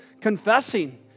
confessing